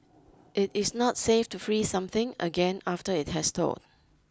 it is not safe to freeze something again after it has thawed